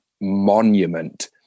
monument